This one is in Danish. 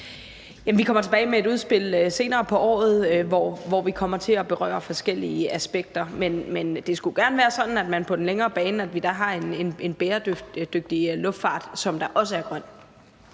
Vi kommer tilbage med et udspil senere på året, hvor vi kommer til at berøre forskellige aspekter. Men det skulle gerne være sådan, at man på den længere bane har en bæredygtig luftfart, som også er grøn.